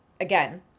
again